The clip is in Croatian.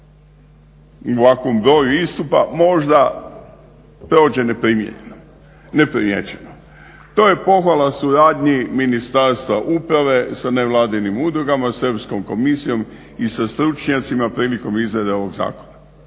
u ovakvom broju istupa možda prođe neprimijećeno. To je pohvala suradnji Ministarstva uprave sa nevladinim udrugama, sa Europskom komisijom i sa stručnjacima prilikom izrade ovog zakona.